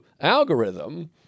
algorithm